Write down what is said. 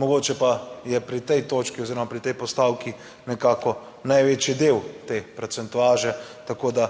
Mogoče pa je pri tej točki oziroma pri tej postavki nekako največji del te procentuaže, tako da